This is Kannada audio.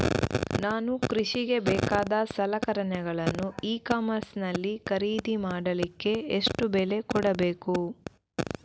ನಾನು ಕೃಷಿಗೆ ಬೇಕಾದ ಸಲಕರಣೆಗಳನ್ನು ಇ ಕಾಮರ್ಸ್ ನಲ್ಲಿ ಖರೀದಿ ಮಾಡಲಿಕ್ಕೆ ಎಷ್ಟು ಬೆಲೆ ಕೊಡಬೇಕು?